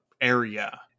area